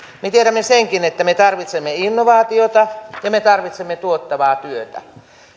me tiedämme senkin että me tarvitsemme innovaatioita ja me tarvitsemme tuottavaa työtä